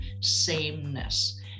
sameness